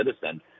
citizen